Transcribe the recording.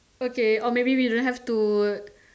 okay or maybe we don't have to